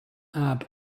abbe